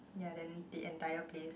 ya then the entire base